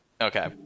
Okay